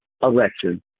election